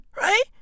Right